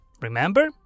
Remember